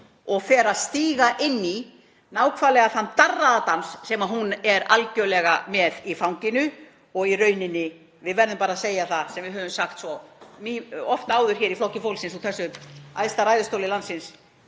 og fer að stíga inn í nákvæmlega þann darraðardans sem hún er algerlega með í fanginu. Við verðum bara að segja það sem við höfum sagt svo oft áður í Flokki fólksins úr þessum æðsta ræðustóli landsins: